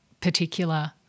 particular